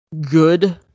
good